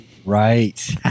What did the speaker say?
Right